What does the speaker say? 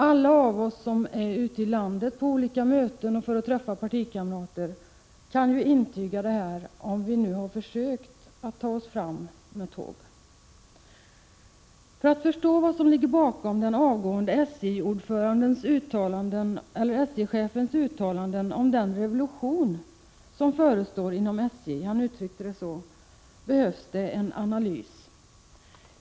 De av oss som har försökt ta sig fram med tåg, när vi rör oss ute i landet på olika möten och för att träffa partikamrater, kan intyga detta. För att förstå vad som ligger bakom den avgående SJ-chefens uttalanden om den ”revolution” som förestår inom SJ behövs det en analys.